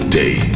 day